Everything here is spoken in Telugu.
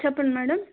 చెప్పండి మేడం